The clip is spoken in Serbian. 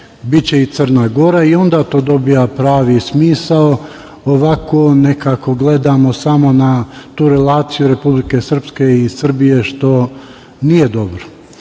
biće i Crna i Gora i onda to dobija pravi smisao. Ovako nekako gledamo samo na tu relaciju Republike Srpske i Srbije, što nije dobro.